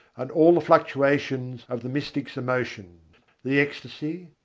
and all the fluctuations of the mystic's emotion the ecstasy,